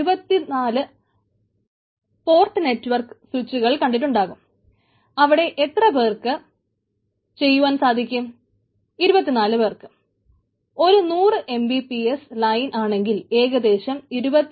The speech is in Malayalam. അപ്പോൾ ഇവിടെ ഏകദേശം 2